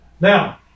Now